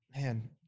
Man